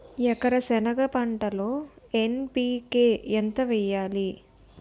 ఎకర సెనగ పంటలో ఎన్.పి.కె ఎంత వేయాలి?